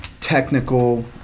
technical